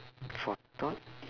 for thought